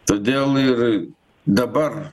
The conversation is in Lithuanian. todėl ir dabar